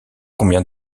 combien